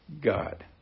God